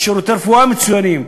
שירותי רפואה מצוינים,